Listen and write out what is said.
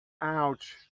Ouch